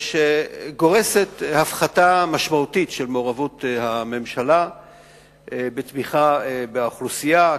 שגורסת הפחתה משמעותית של מעורבות הממשלה בתמיכה באוכלוסייה,